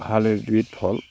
ভাল এবিধ ফল